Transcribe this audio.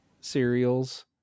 cereals